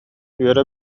үөрэ